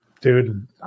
dude